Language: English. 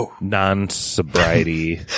non-sobriety